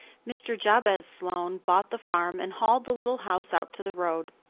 mr. jabez sloane bought the farm and hauled the little house out to the road.